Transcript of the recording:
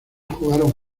jugaron